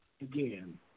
again